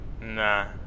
Nah